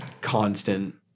Constant